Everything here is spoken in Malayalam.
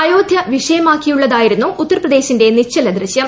അയോന് വിഷയമാക്കിയുള്ളതായിരുന്നു ഉത്തർപ്രദ്ദേശിന്റെ നിശ്ചലദൃശൃം